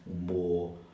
more